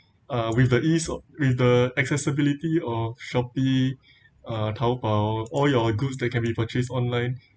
uh with the ease o~ with the accessibility of shopee uh taobao all your goods that can be purchased online